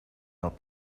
not